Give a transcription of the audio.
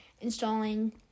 installing